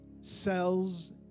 cells